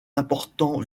important